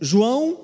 João